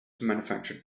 manufactured